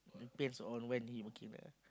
depends on when he working lah